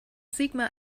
sigmar